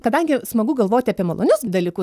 kadangi smagu galvoti apie malonius dalykus